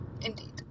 indeed